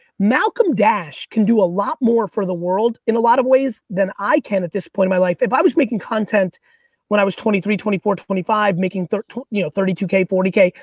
malcolm dash can do a lot more for the world in a lot of ways than i can at this point in my life. if i was making content when i was twenty three, twenty four, twenty five, making thirty you know thirty two k, forty k,